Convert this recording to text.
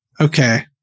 okay